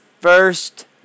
first